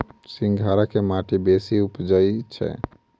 सिंघाड़ा केँ माटि मे बेसी उबजई छै?